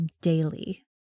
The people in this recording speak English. daily